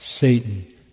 Satan